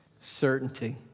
Certainty